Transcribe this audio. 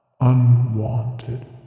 unwanted